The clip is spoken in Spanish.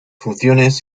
funciones